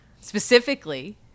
specifically